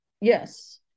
yes